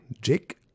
Jake